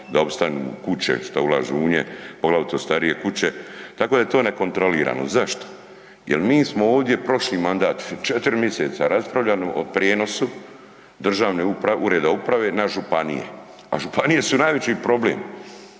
da opstanu, kuće šta ulažu u nje, poglavito starije kuće, tako da je to nekontrolirano. Zašto? Jel mi smo ovdje prošli mandat, 4 miseca raspravljali o prijenosu državne uprave, ureda uprave na županije, a županije su najveći problem.